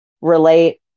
relate